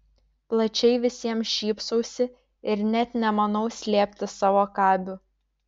plačiai visiems šypsausi ir net nemanau slėpti savo kabių